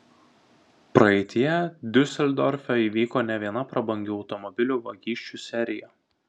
praeityje diuseldorfe įvyko ne viena prabangių automobilių vagysčių serija